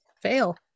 fail